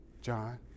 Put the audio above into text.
John